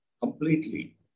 completely